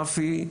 רפי,